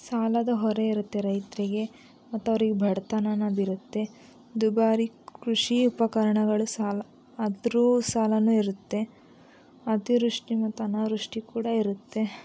ಸಾಲದ ಹೊರೆ ಇರುತ್ತೆ ರೈತರಿಗೆ ಮತ್ತು ಅವ್ರಿಗೆ ಬಡತನ ಅನ್ನೋದ್ ಇರುತ್ತೆ ದುಬಾರಿ ಕೃಷೀ ಉಪಕರಣಗಳು ಸಾಲ ಅದರ ಸಾಲನೂ ಇರುತ್ತೆ ಅತಿವೃಷ್ಟಿ ಮತ್ತು ಅನಾವೃಷ್ಟಿ ಕೂಡ ಇರುತ್ತೆ